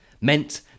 meant